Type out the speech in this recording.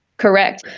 correct,